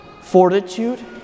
fortitude